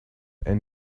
and